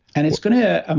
and it's going to, um